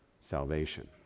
salvation